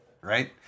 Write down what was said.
right